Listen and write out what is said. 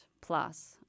plus